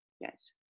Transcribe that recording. yes